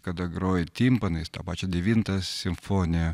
kada groji timpanais tą pačią devintą simfoniją